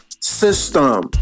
system